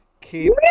Keep